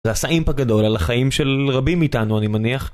זה עשה אימפקט גדול על החיים של רבים מאיתנו אני מניח